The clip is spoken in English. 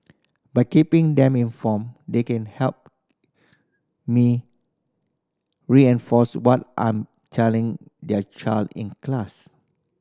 by keeping them informed they can help me reinforce what I'm telling their child in class